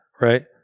Right